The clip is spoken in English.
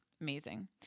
amazing